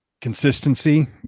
consistency